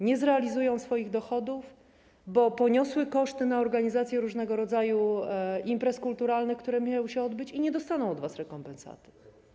Nie uzyskają swoich dochodów, bo poniosły koszty w związku z organizacją różnego rodzaju imprez kulturalnych, które miały się odbyć, i nie dostaną od was rekompensaty.